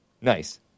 Nice